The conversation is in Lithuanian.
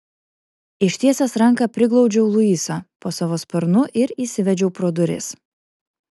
ištiesęs ranką priglaudžiau luisą po savo sparnu ir įsivedžiau pro duris